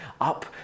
up